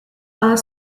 are